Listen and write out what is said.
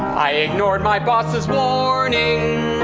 i ignored my boss's warning.